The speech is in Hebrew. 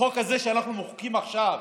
החוק הזה שאנחנו מחוקקים עכשיו